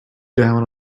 down